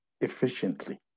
efficiently